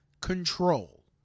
control